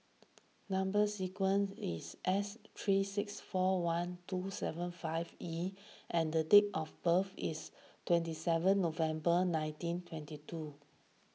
Number Sequence is S three six four one two seven five E and date of birth is twenty seven November nineteen twenty two